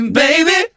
baby